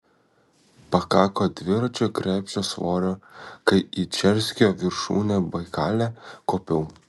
pakako dviračio krepšio svorio kai į čerskio viršūnę baikale kopiau